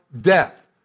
death